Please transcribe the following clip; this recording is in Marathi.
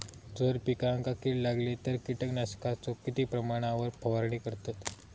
जर पिकांका कीड लागली तर कीटकनाशकाचो किती प्रमाणावर फवारणी करतत?